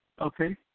Okay